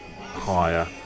higher